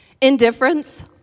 Indifference